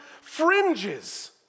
fringes